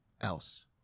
else